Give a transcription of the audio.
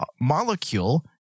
molecule